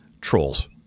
trolls